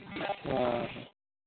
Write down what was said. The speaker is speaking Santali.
ᱦᱳᱭ